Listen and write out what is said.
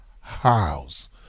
house